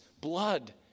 blood